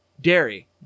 dairy